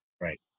right